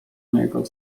niego